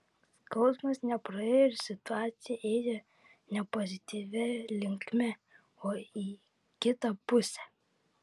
skausmas nepraėjo ir situacija ėjo ne pozityvia linkme o į kitą pusę